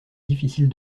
difficile